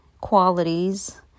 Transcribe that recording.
qualities